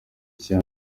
cye